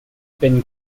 been